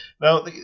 Now